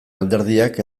alderdiak